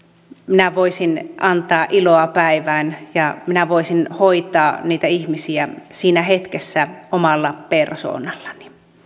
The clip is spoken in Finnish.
minä voisin antaa iloa päivään ja minä voisin hoitaa niitä ihmisiä siinä hetkessä omalla persoonallani